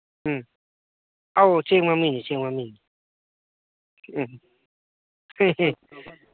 ꯎꯝ ꯑꯧ ꯆꯦꯡ ꯃꯃꯤꯡꯅꯤ ꯆꯦꯡ ꯃꯃꯤꯡꯅꯤ ꯎꯝ